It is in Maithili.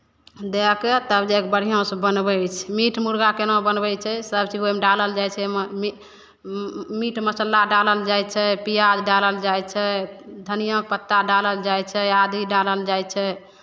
दए कऽ तब जा कऽ बढ़िआँसँ बनबै छै मीट मुर्गा केना बनबै छै सभचीज ओहिमे डालल जाइ छै ओहिमे मीट मीट मसाला डालल जाइ छै पियाज डालल जाइ छै धनियाँ पत्ता डालल जाइ छै आदी डालल जाइ छै